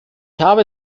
habe